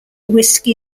whisky